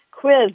quiz